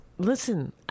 Listen